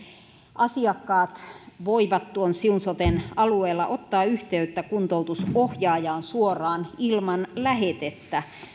asiakkaat voivat siun soten alueella ottaa yhteyttä kuntoutusohjaajaan suoraan ilman lähetettä